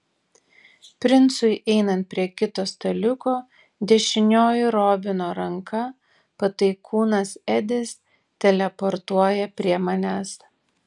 princui einant prie kito staliuko dešinioji robino ranka pataikūnas edis teleportuoja prie manęs